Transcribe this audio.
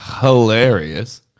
hilarious